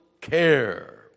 care